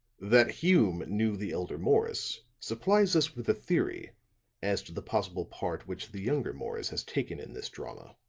that hume knew the elder morris supplies us with a theory as to the possible part which the younger morris has taken in this drama.